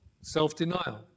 self-denial